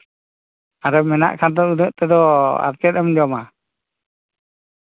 ᱟᱨ ᱢᱮᱱᱟᱜ ᱠᱷᱟᱱ ᱫᱚ ᱩᱱᱟᱹᱜ ᱛᱮᱫᱚ ᱟᱨ ᱪᱮᱫ ᱮᱢ ᱡᱚᱢᱟ